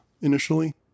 initially